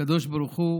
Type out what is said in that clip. הקדוש ברוך הוא